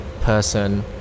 person